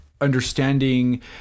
understanding